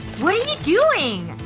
what are you doing?